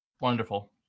wonderful